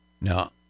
Now